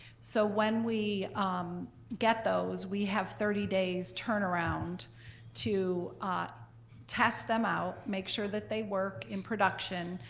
so when we get those, we have thirty days turnaround to test them out, make sure that they work in production,